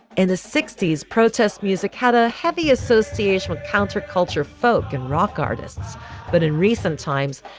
in the sixty s, protest music had a heavy association with counterculture folk and rock artists but in recent times,